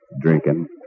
Drinking